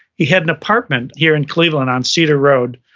he had an apartment here in cleveland on cedar road,